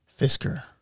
Fisker